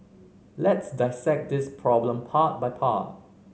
let's dissect this problem part by part